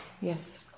yes